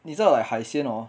你知道 like 海鲜 hor